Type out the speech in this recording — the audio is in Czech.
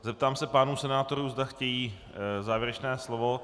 Zeptám se pánů senátorů, zda chtějí závěrečné slovo.